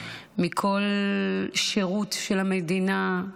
מכל שירות של המדינה,